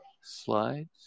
Slides